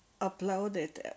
uploaded